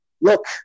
Look